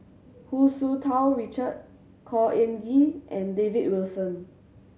Hu Tsu Tau Richard Khor Ean Ghee and David Wilson